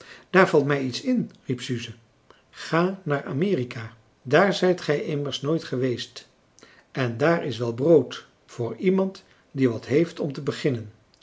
daar valt mij iets in riep suze ga naar amerika daar zijt gij immers nooit geweest en daar is wel brood voor iemand die wat heeft om te beginnen